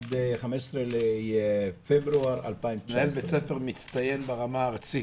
עד 15 לפברואר 2019. מנהל בית ספר מצטיין ברמה הארצית,